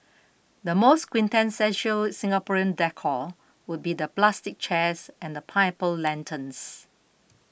the most quintessential Singaporean decor would be the plastic chairs and pineapple lanterns